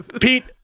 Pete